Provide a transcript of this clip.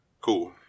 Cool